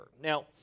Now